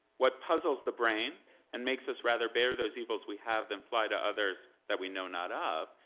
what puzzles the brain and makes us rather bear those evils we have than fly to others that we know not of,